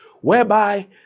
whereby